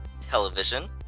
Television